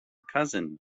cousin